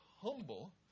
humble